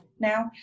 now